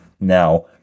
now